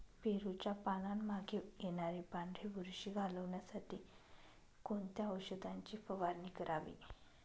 पेरूच्या पानांमागे येणारी पांढरी बुरशी घालवण्यासाठी कोणत्या औषधाची फवारणी करावी?